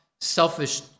selfish